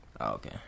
Okay